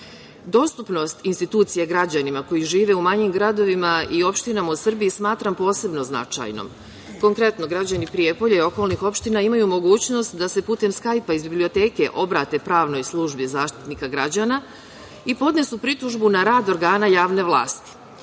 institucije građanima koji žive u manjim gradovima i opštinama u Srbiji smatram posebno značajnom. Konkretno, građani Prijepolja i okolnih opština imaju mogućnost da se putem Skajpa iz biblioteke obrate pravnoj službi Zaštitnika građana i podnesu pritužbu na rad organa javne vlasti.